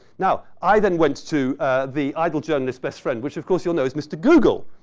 now, i then went to the idle journalist's best friend, which of course you all know is mr. google.